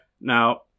Now